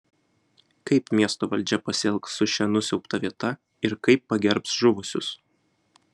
kaip miesto valdžia pasielgs su šia nusiaubta vieta ir kaip pagerbs žuvusius